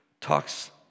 talks